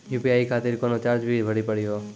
UPI खातिर कोनो charge भी भरी पड़ी हो?